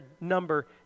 number